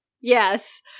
Yes